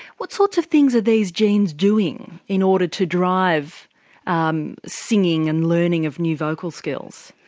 what sorts of things are these genes doing in order to drive um singing and learning of new vocal skills?